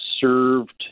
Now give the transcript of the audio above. served